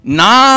na